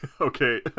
okay